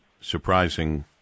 Surprising